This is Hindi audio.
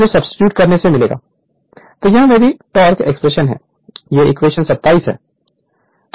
तो यह मेरी टोक़ एक्सप्रेशन है यह इक्वेशन 27 है